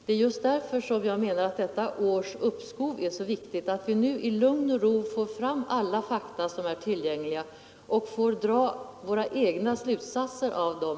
Det är just därför detta års uppskov är så viktigt, så att vi i lugn och ro får fram alla tillgängliga fakta och kan dra våra egna slutsatser av dem.